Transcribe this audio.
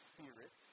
Spirit